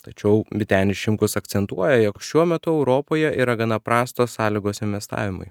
tačiau vytenis šimkus akcentuoja jog šiuo metu europoje yra gana prastos sąlygos investavimui